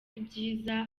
ibyiza